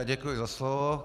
Děkuji za slovo.